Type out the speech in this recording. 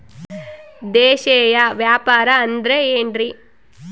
ದೇಶೇಯ ವ್ಯಾಪಾರ ಅಂದ್ರೆ ಏನ್ರಿ?